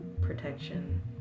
protection